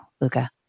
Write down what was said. Luca